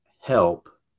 help